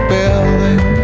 Building